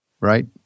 right